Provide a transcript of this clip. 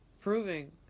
proving